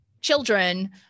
children